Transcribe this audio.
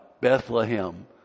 Bethlehem